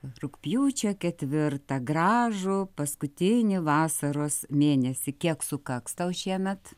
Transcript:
rugpjūčio ketvirtą gražų paskutinį vasaros mėnesį kiek sukaks tau šiemet